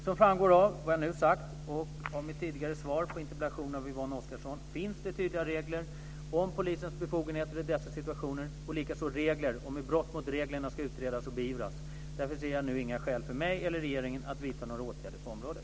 Som framgått av vad jag nu sagt och av mitt tidigare svar på interpellation av Yvonne Oscarsson finns det tydliga regler om polisens befogenheter i dessa situationer och likaså regler om hur brott mot reglerna ska utredas och beivras. Därför ser jag nu inga skäl för mig eller regeringen att vidta några åtgärder på området.